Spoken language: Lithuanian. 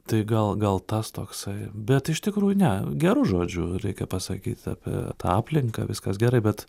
tai gal gal tas toksai bet iš tikrųjų ne geru žodžiu reikia pasakyti apie tą aplinką viskas gerai bet